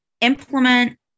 implement